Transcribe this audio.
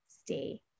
stay